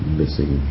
missing